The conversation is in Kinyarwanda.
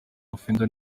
ubufindo